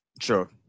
Sure